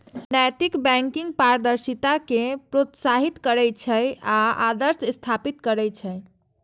नैतिक बैंकिंग पारदर्शिता कें प्रोत्साहित करै छै आ आदर्श स्थापित करै छै